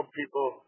people